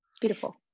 Beautiful